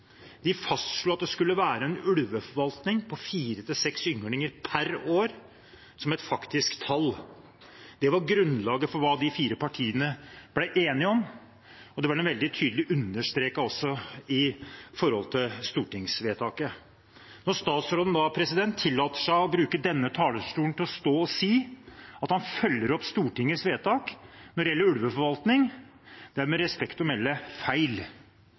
De fastslo at det skulle være en ulveforvaltning på fire–seks ynglinger per år som et faktisk tall. Det var grunnlaget for hva de fire partiene ble enige om, og det var veldig tydelig understreket også i stortingsvedtaket. Når statsråden da tillater seg å bruke denne talerstolen til å stå og si at han følger opp Stortingets vedtak når det gjelder ulveforvaltning, er det med respekt å melde feil.